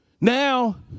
Now